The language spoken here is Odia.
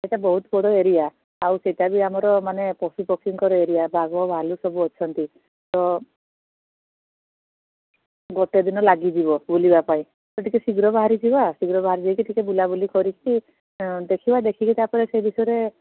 ସେଇଟା ବହୁତ ବଡ଼ ଏରିଆ ଆଉ ସେଇଟାବି ଆମର ମାନେ ପଶୁ ପକ୍ଷୀଙ୍କର ଏରିଆ ବାଘ ଭାଲୁ ସବୁ ଅଛନ୍ତି ତ ଗୋଟେ ଦିନ ଲାଗିଯିବ ବୁଲିବାପାଇଁ ତୁ ଟିକେ ଶୀଘ୍ର ବାହାରିକି ଆ ଶୀଘ୍ର ବାହାରି ଯାଇ ଆଉ ଟିକେ ବୁଲାବୁଲି କରିକି ଦେଖିବା ଦେଖିକି ତା' ପରେ ସେ ବିଷୟରେ